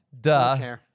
Duh